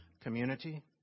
community